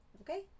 Okay